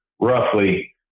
roughly